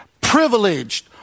privileged